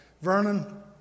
Vernon